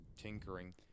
tinkering